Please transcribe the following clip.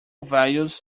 values